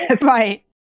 Right